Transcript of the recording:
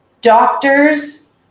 doctors